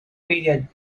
media